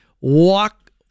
walk